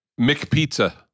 McPizza